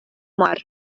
мар